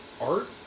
art